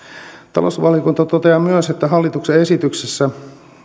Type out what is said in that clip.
talousvaliokunta toteaa myös että hallituksen esityksessä